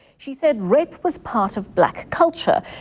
she said rape was part of black culture.